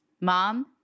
Mom